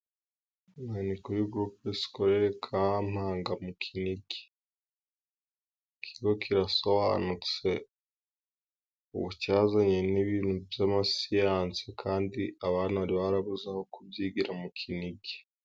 Aha ni kuri gurupe sikolere Kampanga mu Kinigi . ikigo kirasobanutse ubu cyazanye n'ibintu by'amasiyansi kandi abana bari barabuze ahantu ho kubyigira mu Kinigi.